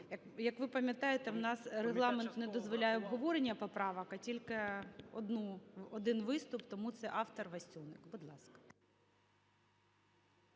Як ви пам'ятаєте, в нас Регламент не дозволяє обговорення поправок, а тільки один виступ. Тому це автор - Васюник. Будь ласка.